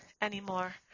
anymore